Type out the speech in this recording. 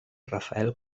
rafael